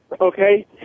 okay